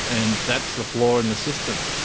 and that's the flaw in the system.